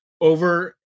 over